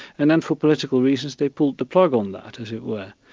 and then for political reasons they pulled the plug on that, as it were.